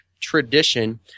tradition